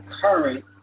current